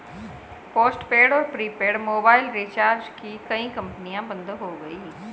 postpaid और prepaid mobile recharge की कई कंपनियां बंद हो गई